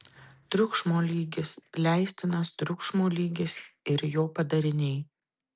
triukšmo lygis leistinas triukšmo lygis ir jo padariniai